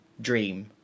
dream